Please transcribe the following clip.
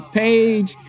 page